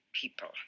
people